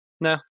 No